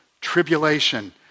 tribulation